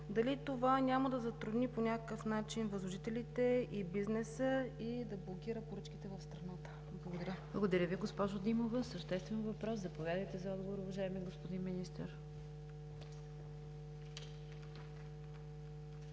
Дали това няма да затрудни по някакъв начин възложителите и бизнеса и да блокира поръчките в страната? Благодаря. ПРЕДСЕДАТЕЛ НИГЯР ДЖАФЕР: Благодаря Ви, госпожо Димова – съществен въпрос. Заповядайте за отговор, уважаеми господин Министър.